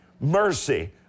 mercy